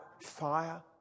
fire